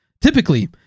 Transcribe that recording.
Typically